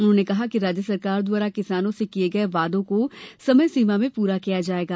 उन्होंने कहा कि राज्य सरकार द्वारा किसानों से किये गये वादों को समय सीमा में पूरा किया जायेगा